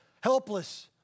helpless